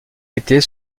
était